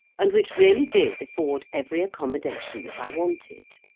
and which really did afford every accommodation that i wanted.